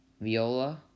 viola